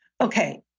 Okay